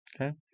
Okay